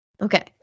Okay